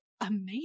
amazing